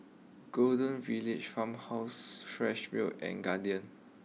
Golden Village Farmhouse Fresh Milk and Guardian